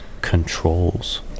controls